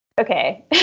okay